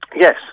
Yes